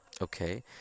Okay